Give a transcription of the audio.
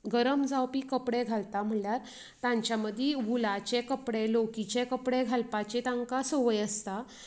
गरम जावपी कपडे घालता म्हळ्यार तांच्या मदीं वुलाचे कपडे लोकीचे कपडे घालपाचे तांकां सवय आसता